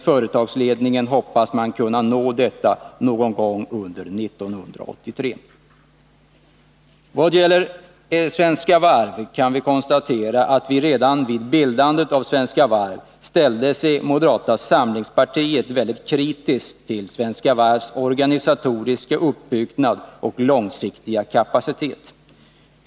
Företagsledningen hoppas att man kan uppnå detta någon gång under 1983. Jag kan konstatera att moderata samlingspartiet redan vid bildandet av Svenska Varv ställde sig mycket kritiskt till Svenska Varvs organisatoriska uppbyggnad och långsiktiga kapacitet.